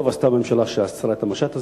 טוב עשתה הממשלה שאסרה את המשט הזה,